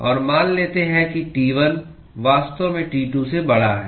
और मान लेते हैं कि T1 वास्तव में T2 से बड़ा है